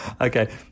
okay